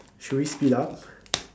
should we speed up